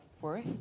worth